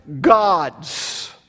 gods